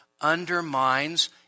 undermines